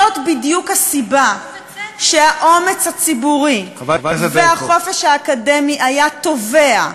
זו בדיוק הסיבה שהאומץ הציבורי והחופש האקדמי היו תובעים,